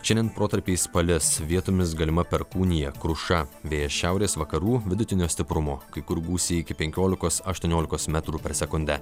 šiandien protarpiais palis vietomis galima perkūnija kruša vėjas šiaurės vakarų vidutinio stiprumo kai kur gūsiai iki penkiolikos aštuoniolikos metrų per sekundę